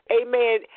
amen